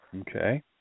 Okay